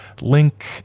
link